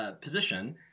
position